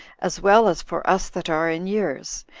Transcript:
as well as for us that are in years.